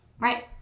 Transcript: right